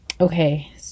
okay